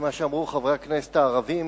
למה שאמרו חברי הכנסת הערבים,